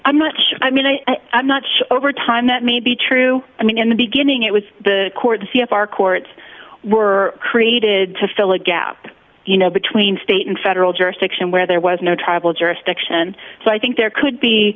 i'm not sure i mean i i'm not sure over time that may be true i mean in the beginning it was the court to see if our courts were created to fill a gap you know between state and federal jurisdiction where there was no tribal jurisdiction so i think there could be